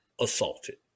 assaulted